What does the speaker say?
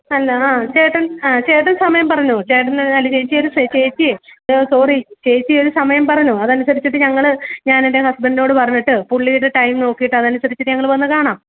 അല്ല ആ ചേട്ടൻ ആ ചേട്ടൻ സമയം പറഞ്ഞോ ചേട്ടൻ അല്ല ചേച്ചി ചേച്ചിയേ സോറി ചേച്ചി ഒരു സമയം പറഞ്ഞോ അതനുസരിച്ചിട്ട് ഞങ്ങൾ ഞാൻ എൻ്റെ ഹസ്ബൻഡിനോട് പറഞ്ഞിട്ട് പുള്ളിയുടെ ടൈം നോക്കിയിട്ട് അതനുസരിച്ചിട്ട് ഞങ്ങൾ വന്ന് കാണാം